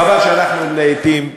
חבל שלעתים,